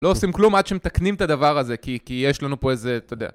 לא עושים כלום עד שמתקנים את הדבר הזה, כי... כי יש לנו פה איזה, אתה יודע.